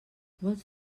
vols